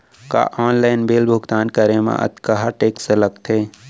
का online bill भुगतान करे मा अक्तहा टेक्स लगथे?